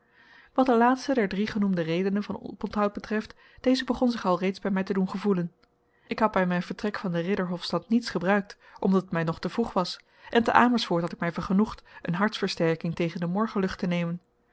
wat de laatste der drie genoemde redenen van oponthoud betreft deze begon zich alreeds bij mij te doen gevoelen ik had bij mijn vertrek van de ridderhofstad niets gebruikt omdat het mij nog te vroeg was en te amersfoort had ik mij vergenoegd een hartsversterking tegen de morgenlucht te nemen